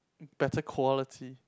better quality